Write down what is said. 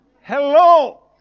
Hello